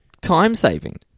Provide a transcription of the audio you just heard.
time-saving